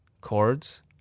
Chords